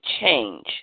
change